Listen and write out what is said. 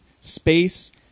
space